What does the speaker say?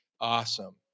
awesome